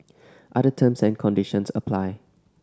other terms and conditions apply